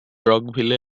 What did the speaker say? rockville